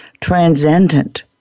transcendent